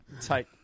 take